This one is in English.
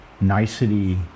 nicety